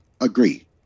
agree